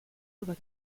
über